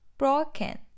Broken